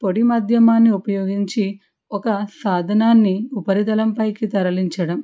పొడి మాధ్యమాన్ని ఉపయోగించి ఒక సాధనాన్ని ఉపరితలం పైకి తరలించడం